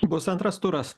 bus antras turas